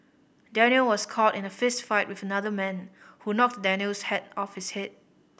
Daniel was caught in a fistfight with another man who knocked Daniel's hat off his head